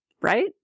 right